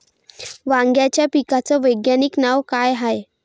वांग्याच्या पिकाचं वैज्ञानिक नाव का हाये?